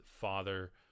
father